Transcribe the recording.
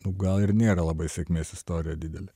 nu gal ir nėra labai sėkmės istorija didelė